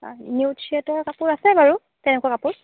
nude শ্ৱেডৰ কাপোৰ আছে বাৰু তেনেকুৱা কাপোৰ